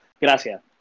Gracias